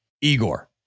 Igor